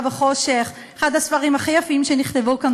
וחושך" אחד הספרים הכי יפים שנכתבו כאן,